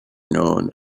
known